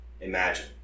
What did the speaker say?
imagine